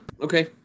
okay